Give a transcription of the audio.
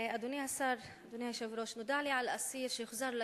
לי על אסיר שהוחזר לכלא,